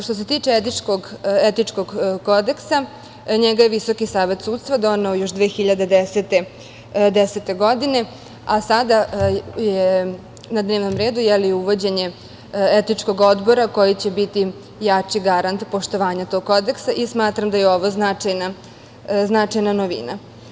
Što se tiče Etičkog kodeksa, njega je Visoki savet sudstva doneo još 2010. godine, a sada je na dnevnom redu uvođenje Etičkog odbora, koji će biti jači garant poštovanja tog kodeksa i smatram da je ovo značajna novina.